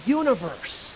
universe